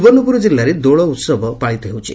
ସୁବର୍ଣ୍ଣପୁର କିଲ୍ଲାରେ ଦୋଳ ଉହବ ପାଳିତ ହେଉଛି